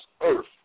earth